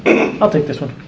i'll take this one.